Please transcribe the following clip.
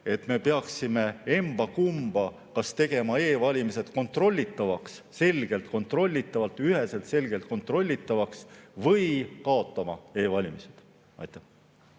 et me peaksime emba-kumba, kas tegema e-valimised selgelt kontrollitavalt, üheselt selgelt kontrollitavaks, või kaotama e-valimised. Aitäh,